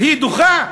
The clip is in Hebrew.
היא דוחה.